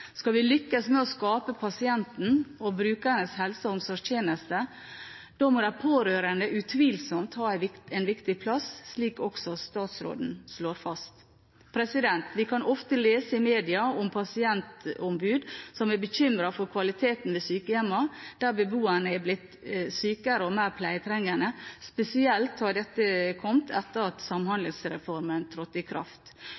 Skal vi lykkes med å skape pasientens og brukernes helse- og omsorgstjeneste, må de pårørende utvilsomt ha en viktig plass, slik også statsråden slår fast. Vi kan ofte lese i media om pasientombud som er bekymret for kvaliteten ved sykehjemmene, der beboerne er blitt sykere og mer pleietrengende. Spesielt har dette kommet etter at